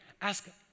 ask